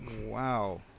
Wow